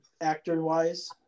actor-wise